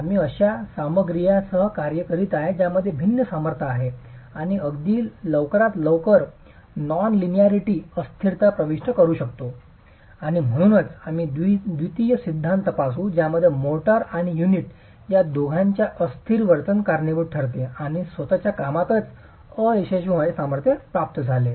आम्ही अशा सामग्रियांसह कार्य करीत आहोत ज्यामध्ये भिन्न सामर्थ्य आहे आणि अगदी लवकरात लवकर नॉनलाइनैरिटी अस्थिरता प्रविष्ट करू शकतो आणि म्हणूनच आम्ही द्वितीय सिद्धांत तपासू ज्यामध्ये मोर्टार आणि युनिट या दोघांच्या अस्थिर वर्तन कारणीभूत ठरले आणि स्वत च्या कामातच अयशस्वी होण्याचे सामर्थ्य प्राप्त झाले